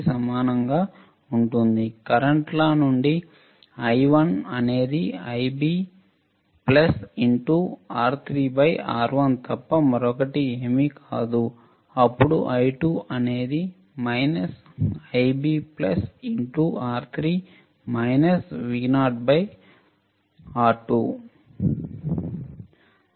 Kirchhoff current law నుండి I1 అనేది Ib R3 R1 తప్ప మరొకటి ఏమీ కాదు అప్పుడు I2 అనేది Ib R3 Vo R2